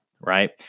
Right